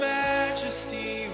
majesty